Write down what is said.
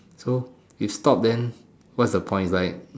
so you stop then what's the point is like